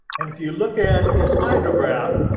and if you look at this hydrograph,